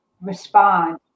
respond